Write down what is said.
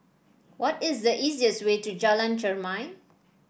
what is the easiest way to Jalan Chermai